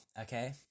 okay